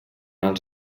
els